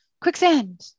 Quicksand